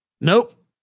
Nope